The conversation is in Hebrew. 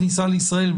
של ביצוע בדיקה לישראל,